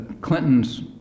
Clinton's